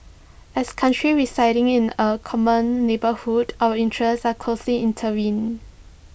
as countries residing in A common neighbourhood our interests are closely intertwined